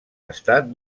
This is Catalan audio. estat